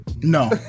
No